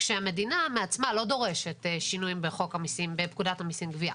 כשהמדינה מעצמה לא דורשת שינויים בפקודת המיסים (גבייה).